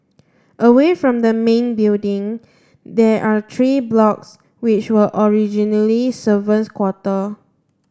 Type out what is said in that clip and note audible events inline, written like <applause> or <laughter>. away from the main building there are three blocks which were originally <unintelligible> quarter